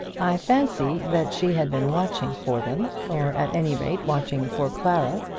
i fancy that she had been watching for them, or at any rate watching for clara,